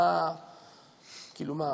כאילו מה,